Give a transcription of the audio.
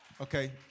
Okay